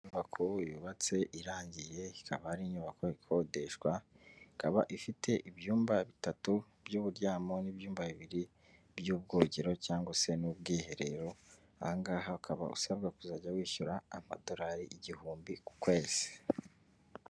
Inyubakuru yubatse irangiye ikaba ari inyubako ikodeshwa, ikaba ifite ibyumba bitatu by'uburyamo n'ibyumba bibiri by'ubwogero cyangwa se n'ubwiherero ahangaha ukaba usabwa kuzajya wishyura amadolari igihumbi ku kwezi.